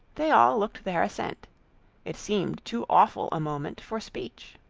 they all looked their assent it seemed too awful a moment for speech.